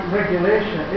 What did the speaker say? regulation